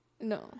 No